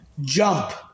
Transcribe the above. jump